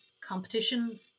competition